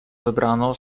wybrano